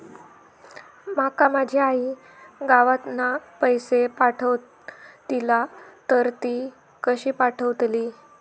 माका माझी आई गावातना पैसे पाठवतीला तर ती कशी पाठवतली?